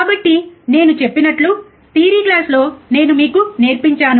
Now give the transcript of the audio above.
కాబట్టి నేను చెప్పినట్లు థియరీ క్లాస్లో నేను మీకు నేర్పించాను